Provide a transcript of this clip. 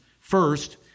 first